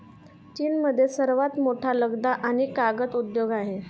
चीनमध्ये सर्वात मोठा लगदा आणि कागद उद्योग आहे